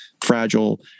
fragile